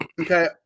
Okay